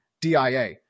DIA